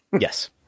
Yes